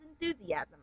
enthusiasm